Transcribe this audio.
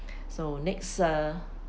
so next ah